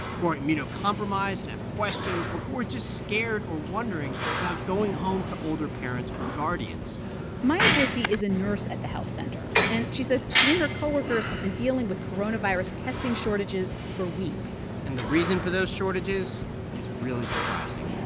who are immunocompromised and have questions or who are just scared or wondering about going home to older parents or guardians maya brissi is a nurse at the health center, and she says she and her co-workers have been dealing with coronavirus testing shortages for weeks and the reason for those shortages is really surprising.